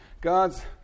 God's